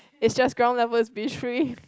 it's just ground level is B three